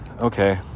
Okay